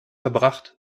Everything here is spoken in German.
verbracht